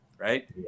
Right